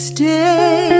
Stay